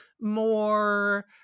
more